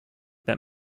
that